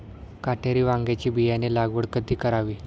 काटेरी वांग्याची बियाणे लागवड कधी करावी?